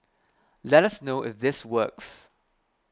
let us know if this works